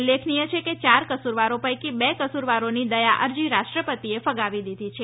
ઉલ્લેખનીય છે કે ચાર કસૂરવારો પૈકી બે કસૂરવારોની દયા અરજી રાષ્ટ્રપતિએ ફગાવી દીધી છે